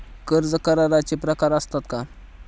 कर्ज कराराचे प्रकार असतात का?